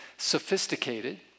sophisticated